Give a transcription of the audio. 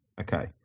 Okay